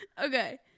okay